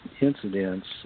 incidents